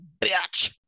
bitch